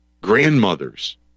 Grandmothers